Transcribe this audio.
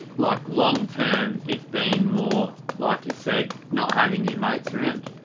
like long-term, it's been more like you said, not having your mates around.